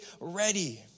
ready